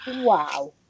Wow